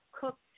cooked